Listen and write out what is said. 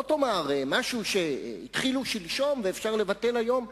לא תאמר משהו שהתחילו שלשום ואפשר לבטל היום,